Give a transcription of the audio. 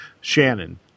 Shannon